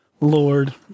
Lord